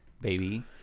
baby